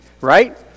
right